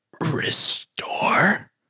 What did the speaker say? restore